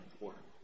important